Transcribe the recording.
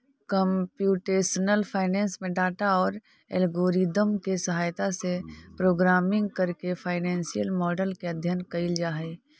computational finance में data औउर algorithm के सहायता से प्रोग्रामिंग करके फाइनेंसियल मॉडल के अध्ययन कईल जा हई